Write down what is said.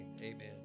amen